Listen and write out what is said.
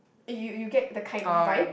you you you get the kind of five